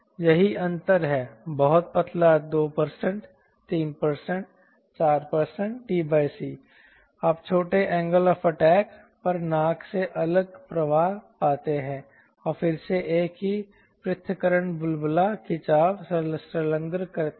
यही अंतर है बहुत पतला 2 3 4 t c आप छोटे एंगल ऑफ़ अटैक पर नाक से अलग प्रवाह पाते हैं और फिर से एक ही पृथक्करण बुलबुला खिंचाव संलग्न करते हैं